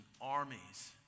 armies